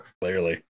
clearly